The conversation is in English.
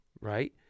Right